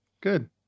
good